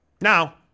Now